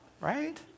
Right